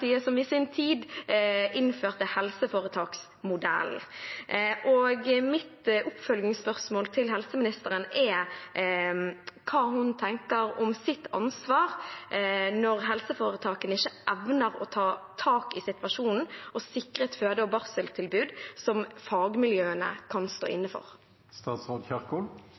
som i sin tid innførte helseforetaksmodellen. Mitt oppfølgingsspørsmål til helseministeren er hva hun tenker om sitt ansvar når helseforetakene ikke evner å ta tak i situasjonen og sikre et føde- og barseltilbud som fagmiljøene kan stå inne